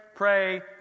Pray